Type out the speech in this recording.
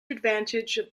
advantage